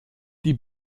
die